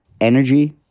Energy